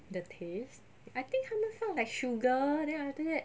the taste I think 他们放 like sugar then after that